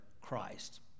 Christ